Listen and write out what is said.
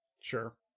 Sure